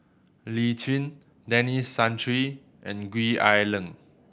Lee Tjin Denis Santry and Gwee Ah Leng